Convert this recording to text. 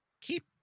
Keep